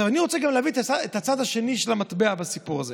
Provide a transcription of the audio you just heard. אני רוצה גם להביא את הצד השני של המטבע בסיפור הזה.